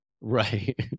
Right